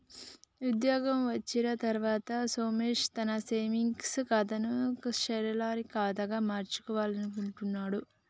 ఉద్యోగం వచ్చిన తర్వాత సోమేష్ తన సేవింగ్స్ ఖాతాను శాలరీ ఖాతాగా మార్చుకోవాలనుకుంటున్నడు